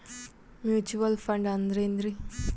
Mutual fund ಅಂದ್ರೆನ್ರಿ?